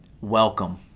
welcome